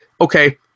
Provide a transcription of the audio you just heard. okay